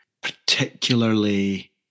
particularly